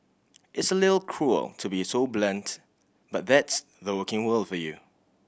it's a little cruel to be so blunt but that's the working world for you